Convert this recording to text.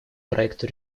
проекту